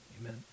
Amen